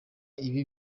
ibi